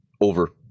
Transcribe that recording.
over